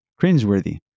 cringeworthy